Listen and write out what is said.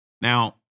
Now